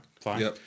fine